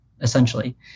essentially